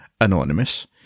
Anonymous